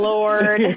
Lord